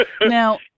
Now